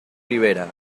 libera